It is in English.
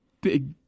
big